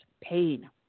pain